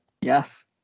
Yes